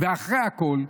ואחרי הכול,